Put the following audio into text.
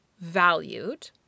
valued